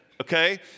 okay